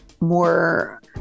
more